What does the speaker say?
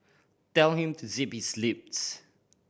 tell him to zip his lips